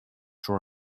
sure